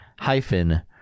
hyphen